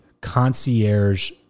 concierge